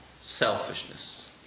selfishness